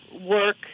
work